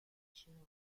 açığı